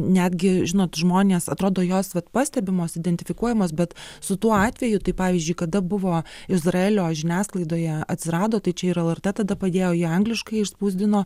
netgi žinot žmonės atrodo jos vat pastebimos identifikuojamos bet su tuo atveju tai pavyzdžiui kada buvo izraelio žiniasklaidoje atsirado tai čia ir lrt tada padėjo ją angliškai išspausdino